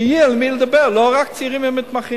שיהיה אל מי לדבר, לא רק צעירים ומתמחים.